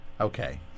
Okay